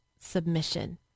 submission